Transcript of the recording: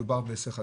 מדובר בהיסח הדעת.